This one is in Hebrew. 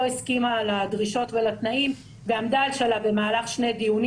הסכימה לדרישות ולתנאים ועמדה על שלה במהלך שני דיונים,